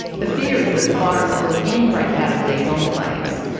the fear is that the virus will again break out of these enclaves.